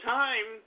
time